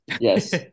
Yes